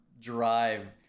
drive